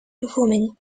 performing